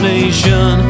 Nation